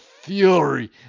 fury